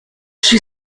she